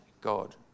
God